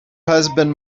husband